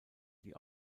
die